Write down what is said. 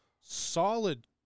solid